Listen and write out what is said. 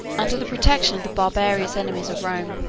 under the protection of the barbarous enemies of rome.